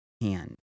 hand